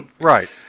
Right